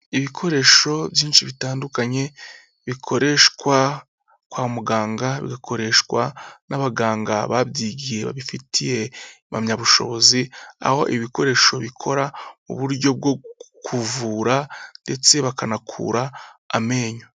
Ibikoresho byinshi bitandukanye, bikoreshwa kwa muganga, bikoreshwa n'abaganga babyigiye babifitiye impamyabushobozi, aho ibikoresho bikora uburyo bwo kuvura ndetse bakanakura amenyo.